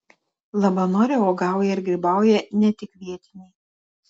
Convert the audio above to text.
labanore uogauja ir grybauja ne tik vietiniai